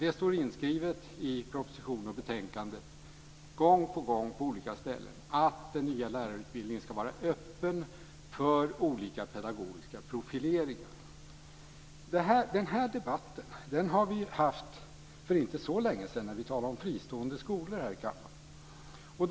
Det står gång på gång inskrivet i propositionen och betänkandet på olika ställen att den nya lärarutbildningen ska vara öppen för olika pedagogiska profileringar. Den här debatten förde vi inte för så längesedan när vi talade om fristående skolor här i kammaren.